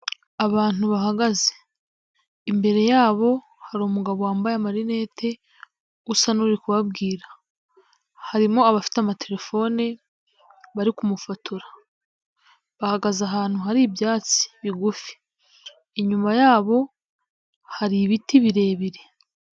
Abantu bahagaze, imbere yabo hari umugabo wambaye amarinete, usa n'uri kubabwira, harimo abafite amatelefone, bari kumufotora, bahagaze ahantu hari ibyatsi bigufi, inyuma yabo hari ibiti birebire.